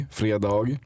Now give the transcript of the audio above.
fredag